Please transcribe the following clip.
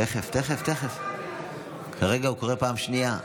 תכף, תכף, כרגע הוא קורא פעם שנייה.